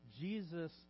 Jesus